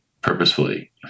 purposefully